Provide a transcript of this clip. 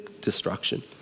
destruction